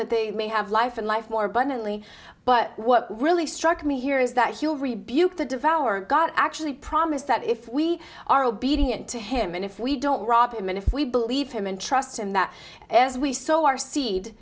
that they may have life and life more abundantly but what really struck me here is that hugh rebuked the devour got actually promised that if we are obedient to him and if we don't rob him and if we believe him and trust him that as we saw our seed